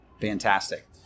Fantastic